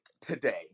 today